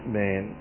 man